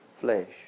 flesh